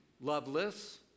loveless